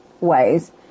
ways